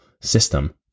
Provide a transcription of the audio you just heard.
system